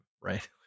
Right